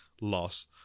loss